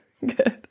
good